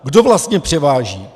Kdo vlastně převáží!